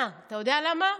אתה יודע למה?